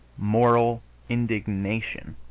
moral indignation